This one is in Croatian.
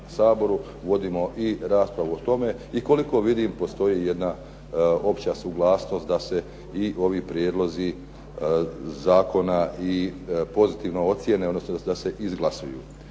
vodimo raspravu o tome i koliko vidim postoji jedna opća suglasnost da se ovi prijedlozi zakona pozitivno ocjene odnosno da se izglasuju.